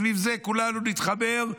סביב זה כולנו נתחבר,